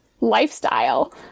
lifestyle